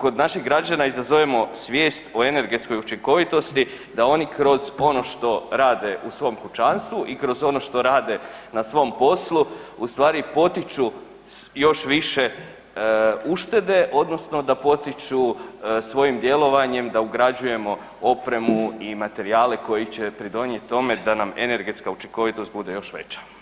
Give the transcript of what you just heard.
kod naših građana izazovemo svijest o energetskoj učinkovitosti da oni kroz ono što rade u svom kućanstvu i kroz ono što rade na svom poslu u stvari potiču još više uštede odnosno da potiču svojim djelovanjem da ugrađujemo opremu i materijale koji će pridonijeti tome da nam energetska učinkovitost bude još veća.